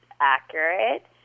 accurate